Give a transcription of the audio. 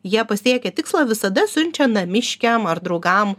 jie pasiekę tikslą visada siunčia namiškiam ar draugam